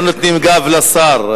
לא נותנים גב לשר.